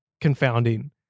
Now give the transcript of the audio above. confounding